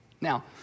Now